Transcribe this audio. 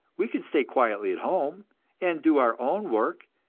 we can stay quietly at home and do our own work,